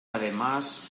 además